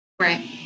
Right